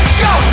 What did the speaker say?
go